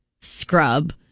scrub